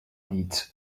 needs